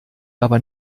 aber